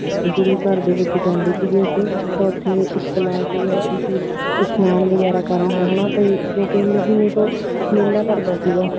ਗੁਰੂ ਘਰ ਦੇ ਵਿੱਚ ਜਾਂਦੇ ਸੀਗੇ ਅਸੀਂ ਤਾਂ ਉੱਥੇ ਇੱਕ ਤਲਾਅ ਸੀਗਾ ਉੱਥੇ ਅਸੀਂ ਇਸ਼ਨਾਨ ਵਗੈਰਾ ਕਰਨਾ ਹੈ ਨਾ ਅਤੇ ਜੋ ਕਿ ਮਹੀਨੇ ਤੋਂ ਮੇਲਾ ਭਰਦਾ ਸੀਗਾ